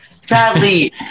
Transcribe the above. Sadly